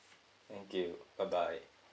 thank you bye bye